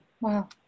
wow